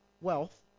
wealth